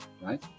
right